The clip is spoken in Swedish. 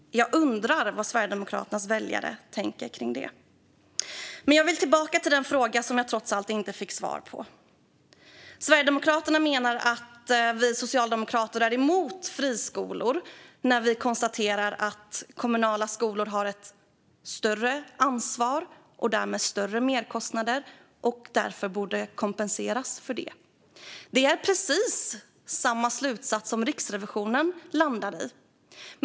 Jag undrar vad Sverigedemokraternas väljare tänker kring det. Men jag vill komma tillbaka till den fråga som jag trots allt inte fick svar på. Sverigedemokraterna menar att vi socialdemokrater är emot friskolor när vi konstaterar att kommunala skolor har ett större ansvar och därmed större merkostnader och därför borde kompenseras för det. Det är precis samma slutsats som Riksrevisionen landar i.